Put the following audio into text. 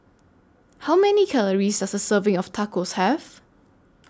How Many Calories Does A Serving of Tacos Have